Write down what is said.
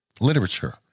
Literature